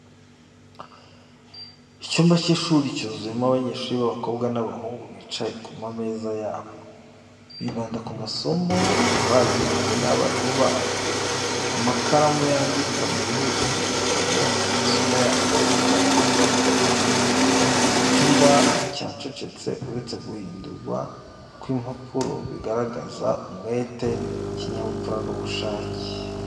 Icyumba cy’ishuri cyuzuyemo abanyeshuri b'abakobwa n'abahungu bicaye ku mameza yabo, bibanda ku masomo bagenewe n'abarimu babo, amakaramu yandika byihuse mu bitabo, amaso yabo yibanze ku byo bahawe. Icyumba cyacecetse uretse guhindurwa kw’impapuro, bigaragaza umwete, ikinyabupfura n'ubushake.